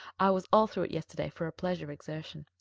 i was all through it yesterday for a pleasure exertion.